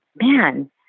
man